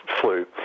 flu